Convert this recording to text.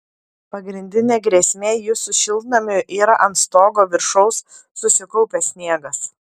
pagrindinė grėsmė jūsų šiltnamiui yra ant stogo viršaus susikaupęs sniegas